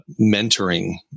mentoring